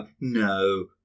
no